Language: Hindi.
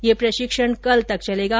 यह प्रशिक्षण कल तक चलेगा